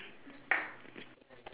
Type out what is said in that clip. the table right you have how many legs